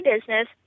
business